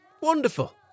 Wonderful